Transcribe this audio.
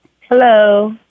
Hello